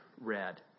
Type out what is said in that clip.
read